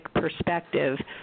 perspective